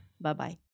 Bye-bye